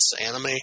anime